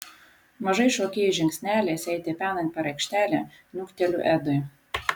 mažais šokėjos žingsneliais jai tipenant per aikštelę niukteliu edui